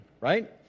right